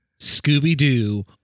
Scooby-Doo